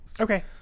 Okay